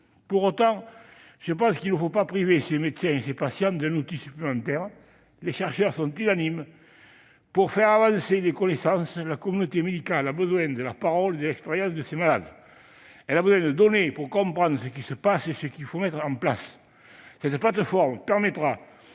Pour autant, il ne faudrait pas priver les médecins et leurs patients d'un outil supplémentaire. Les chercheurs sont unanimes : pour faire avancer les connaissances, la communauté médicale a besoin de la parole et de l'expérience de ces malades. Elle a besoin de données pour comprendre ce qui se passe et ce qu'il faut mettre en place. Cette plateforme permettra